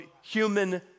human